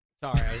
Sorry